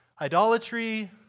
Idolatry